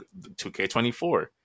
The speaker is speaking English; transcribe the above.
2k24